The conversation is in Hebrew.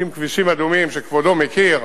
אם כבישים אדומים, שכבודו מכיר,